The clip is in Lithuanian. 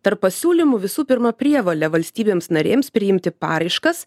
tarp pasiūlymų visų pirma prievolė valstybėms narėms priimti paraiškas